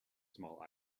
small